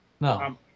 No